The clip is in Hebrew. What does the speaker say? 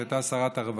שהייתה שרת הרווחה.